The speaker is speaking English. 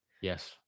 yes